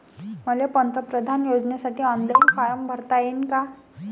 मले पंतप्रधान योजनेसाठी ऑनलाईन फारम भरता येईन का?